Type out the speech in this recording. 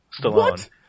Stallone